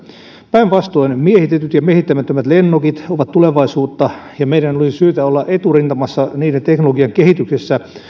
päinvastoin miehitetyt ja miehittämättömät lennokit ovat tulevaisuutta ja meidän olisi syytä olla eturintamassa niiden teknologian kehityksessä ja